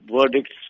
verdicts